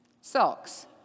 Socks